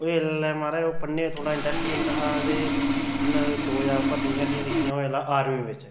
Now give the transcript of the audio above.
इसलै महाराज ओह् पढ़ने गी थोह्ड़ा इंटेलिजेंट हा ते उन्नै दो चार भर्तियां शर्तियां दिक्खियां ते ओह् ऐल्लै आर्मी बिच्च